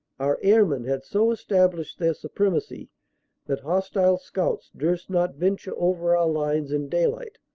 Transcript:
our airmen had so established their supremacy that hostile scouts durst not venture over our lines in daylight.